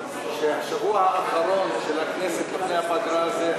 שהשבוע האחרון של הכנסת לפני הפגרה זה,